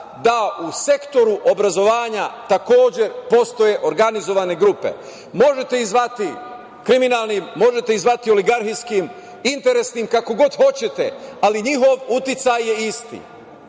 da u sektoru obrazovanja takođe postoje organizovane grupe. Možete ih zvati kriminalnim, možete ih zvati oligarhijskim, interesnim, kako god hoćete, ali njihov uticaj je isti.